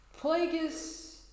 Plagueis